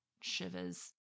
shivers